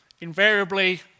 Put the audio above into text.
Invariably